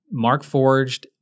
Markforged